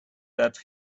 that